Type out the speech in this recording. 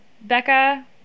Becca